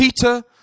Peter